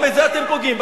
גם בזה אתם פוגעים,